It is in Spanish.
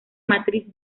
matriz